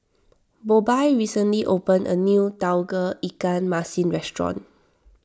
Bobbye recently opened a new Tauge Ikan Masin restaurant